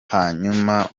hanyuma